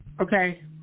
Okay